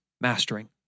mastering